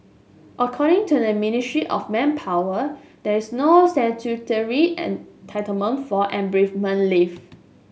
according to the Ministry of Manpower there is no statutory entitlement for an bereavement leave